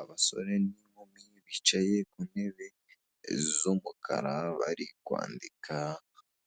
Abasore n'inkumi bicaye mu ntebe z'umukara, bari kwandika,